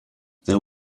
there